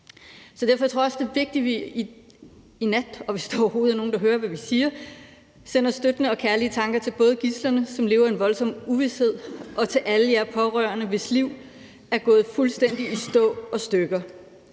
Derfor tror jeg også, at det er vigtigt, at vi i nat, hvis der overhovedet er nogen, der hører, hvad vi siger, sender støttende og kærlige tanker til både gidslerne, som lever i en voldsom uvished, og til alle jer pårørende, hvis liv er gået fuldstændig i stå og stykker.